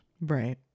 Right